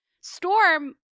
Storm